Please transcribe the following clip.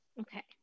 Okay